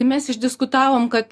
tai mes išdiskutavom kad